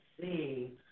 see